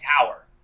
Tower